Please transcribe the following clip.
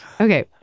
Okay